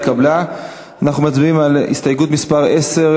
אנחנו מצביעים על הסתייגות מס' 9,